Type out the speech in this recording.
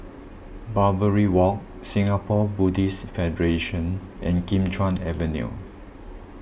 Barbary Walk Singapore Buddhist Federation and Kim Chuan Avenue